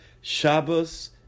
Shabbos